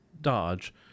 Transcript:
dodge